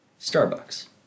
Starbucks